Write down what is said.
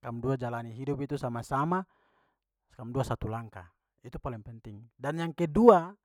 Kamdua jalani hidup itu sama-sama, kamdua satu langkah. Itu paling penting. Dan yang kedua.